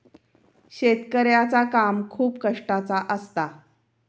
शेतकऱ्याचा काम खूप कष्टाचा असता